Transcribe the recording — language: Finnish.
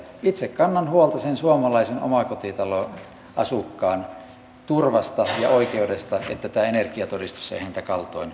itse kannan huolta sen suomalaisen omakotitaloasukkaan turvasta ja oikeudesta että tämä energiatodistus ei häntä kaltoin kohtele